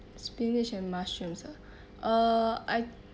spinach and mushroom uh uh I